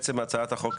הצעת החוק